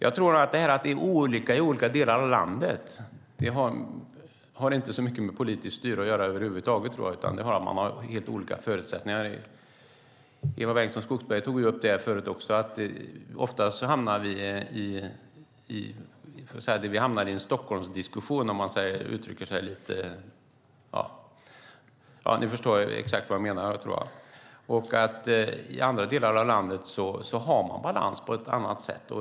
Att det är olika i olika delar av landet tror jag inte har så mycket med politiskt styre att göra över huvud taget, utan det har att göra med att man har helt olika förutsättningar. Eva Bengtson Skogsberg tog upp det förut. Vi hamnar ofta i en Stockholmsdiskussion, om man uttrycker sig så. Jag tror att ni förstår exakt vad jag menar. I andra delar av landet har man balans på ett annat sätt.